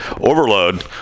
overload